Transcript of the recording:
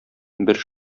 бер